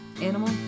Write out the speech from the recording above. Animal